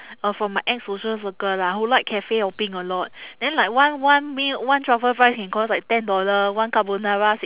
uh from my ex-social circle lah who like cafe hopping a lot then like one one meal one truffle fry can cost like ten dollar one carbonara